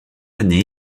année